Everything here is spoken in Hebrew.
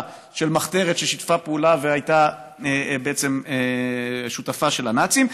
של מחתרת ששיתפה פעולה והייתה שותפה של הנאצים,